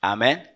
Amen